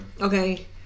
Okay